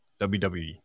WWE